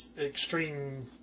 extreme